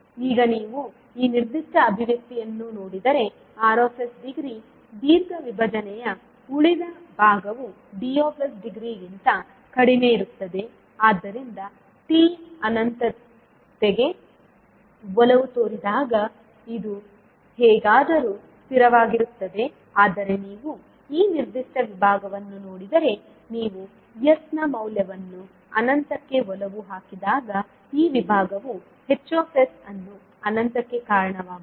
ಈಗ ನೀವು ಈ ನಿರ್ದಿಷ್ಟ ಅಭಿವ್ಯಕ್ತಿಯನ್ನು ನೋಡಿದರೆ R ಡಿಗ್ರಿ ದೀರ್ಘ ವಿಭಜನೆಯ ಉಳಿದ ಭಾಗವು D ಡಿಗ್ರಿಗಿಂತ ಕಡಿಮೆಯಿರುತ್ತದೆ ಆದ್ದರಿಂದ t ಅನಂತತೆಗೆ ಒಲವು ತೋರಿದಾಗ ಇದು ಹೇಗಾದರೂ ಸ್ಥಿರವಾಗಿರುತ್ತದೆ ಆದರೆ ನೀವು ಈ ನಿರ್ದಿಷ್ಟ ವಿಭಾಗವನ್ನು ನೋಡಿದರೆ ನೀವು s ನ ಮೌಲ್ಯವನ್ನು ಅನಂತಕ್ಕೆ ಒಲವು ಹಾಕಿದಾಗ ಈ ವಿಭಾಗವು Hs ಅನ್ನು ಅನಂತಕ್ಕೆ ಕಾರಣವಾಗುತ್ತದೆ